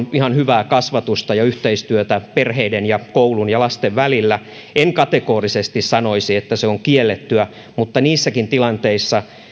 se on ihan hyvää kasvatusta ja yhteistyötä perheiden ja koulun ja lasten välillä en kategorisesti sanoisi että se on kiellettyä mutta niissäkin tilanteissa